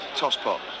tosspot